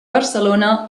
barcelona